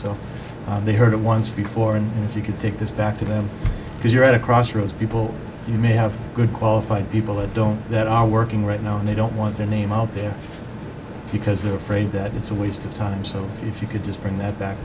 so they heard it once before and if you can take this back to them because you're at a crossroads people you may have good qualified people that don't that are working right now and they don't want their name out there because they're afraid that it's a waste of time so if you could just bring that back